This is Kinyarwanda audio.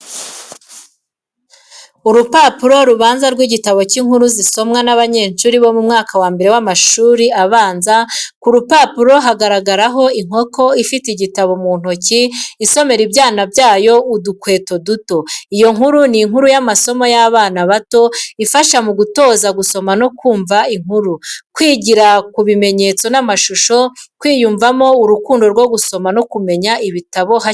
Urupapuro rubanza rw'igitabo cy'inkuru zisomwa n'abanyeshuri bo mu mwaka wa mbere w'amashuri abanza. Kuri uru rupapuro hagaragaraho inkoko ifite igitabo mu ntoki isomera ibyana byayo udukweto duto. Iyo nkuru ni inkuru y’amasomo y’abana bato, ifasha mu gutoza gusoma no kumva inkuru, kwigira ku bimenyetso n’amashusho, kwiyumvamo urukundo rwo gusoma no kumenya ibitabo hakiri kare.